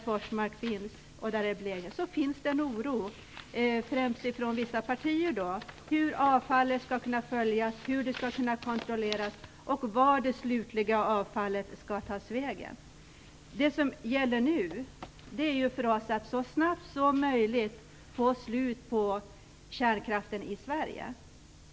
Forsmark ligger, finns det en oro, främst från vissa partier, för hur avfallet skall kunna följas, hur det skall kunna kontrolleras och var det slutliga avfallet skall ta vägen. Nu gäller det för oss att så snabbt som möjligt få slut på kärnkraften i Sverige.